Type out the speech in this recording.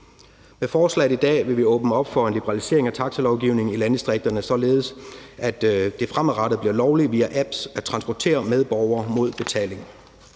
Med forslaget i dag vil vi åbne op for en liberalisering af taxalovgivningen i landdistrikterne, således at det fremadrettet bliver lovligt via apps at transportere medborgere mod betaling.